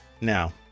Now